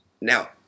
Now